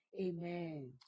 Amen